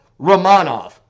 Romanov